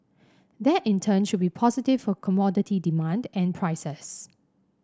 that in turn should be positive for commodity demand and prices